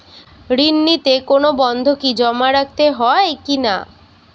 ঋণ নিতে কোনো বন্ধকি জমা রাখতে হয় কিনা?